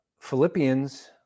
Philippians